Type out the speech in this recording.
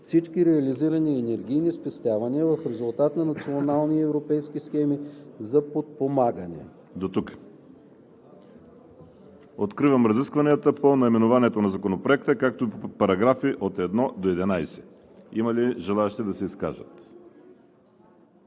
всички реализирани енергийни спестявания в резултат на национални и европейски схеми за подпомагане.“ ПРЕДСЕДАТЕЛ ВАЛЕРИ СИМЕОНОВ: Откривам разискванията по наименованието на Законопроекта, както и по параграфи от 1 до 11. Има ли желаещи да се изкажат?